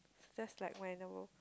just like